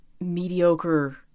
mediocre